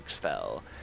fell